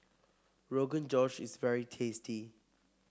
Rogan Josh is very tasty